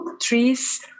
trees